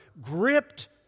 gripped